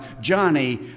Johnny